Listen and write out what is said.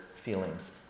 feelings